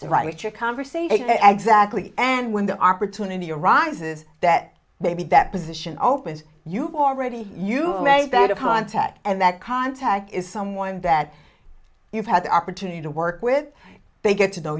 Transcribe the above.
to write your conversation exec lee and when the opportunity arises that maybe deposition opens you've already you've made that a contact and that contact is someone that you've had the opportunity to work with they get to know